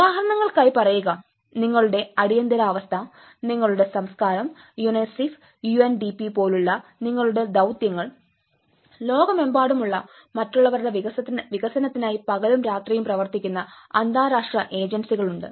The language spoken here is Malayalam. ഉദാഹരണങ്ങൾക്കായി പറയുക നിങ്ങളുടെ അടിയന്തിരാവസ്ഥ നിങ്ങളുടെ സംസ്കാരം യുനിസെഫ് യുഎൻഡിപി പോലുള്ള നിങ്ങളുടെ ദൌത്യങ്ങൾ ലോകമെമ്പാടുമുള്ള മറ്റുള്ളവരുടെ വികസനത്തിനായി പകലും രാത്രിയും പ്രവർത്തിക്കുന്ന അന്താരാഷ്ട്ര ഏജൻസികളുണ്ട്